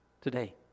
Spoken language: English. today